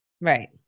Right